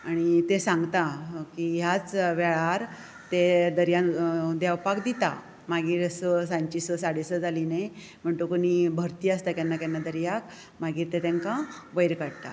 आनी ते सांगता की ह्याच वेळार ते दर्यान देंवपाक दिता मागीर सांजेचीं स साडे स जाली न्हय म्हणटकूच भरती आसता केन्ना केन्ना दर्याक मागीर ते तांकां वयर काडटात